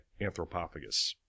Anthropophagus